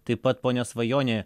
taip pat ponia svajonė